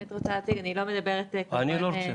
אני רק רוצה להציג אני לא מדברת כמובן --- אני לא רוצה.